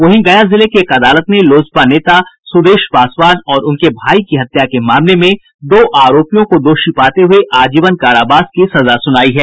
वहीं गया जिले की एक अदालत ने लोजपा नेता सुदेश पासवान और उनके भाई की हत्या के मामले में दो आरोपियों को दोषी पाते हुये आजीवन कारावास की सजा सुनाई है